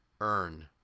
earn